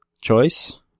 choice